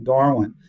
Darwin